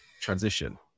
transition